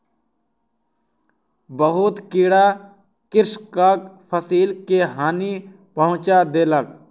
बहुत कीड़ा कृषकक फसिल के हानि पहुँचा देलक